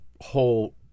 whole